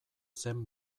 zen